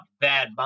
bad